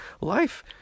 life